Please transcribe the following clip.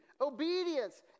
Obedience